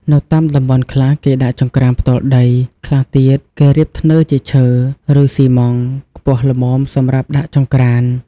នៅតាមតំបន់ខ្លះ គេដាក់ចង្ក្រានផ្ទាល់ដី ខ្លះទៀត គេរៀបធ្នើជាឈើ ឬ សុីម៉ង់ ខ្ពស់ល្មមសម្រាប់ដាក់ចង្រ្កាន។